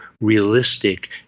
realistic